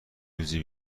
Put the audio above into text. روزی